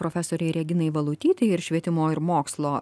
profesorei reginai valutytei ir švietimo ir mokslo